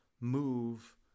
move